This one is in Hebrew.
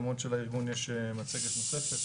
למרות שלארגון יש מצגת נוספת.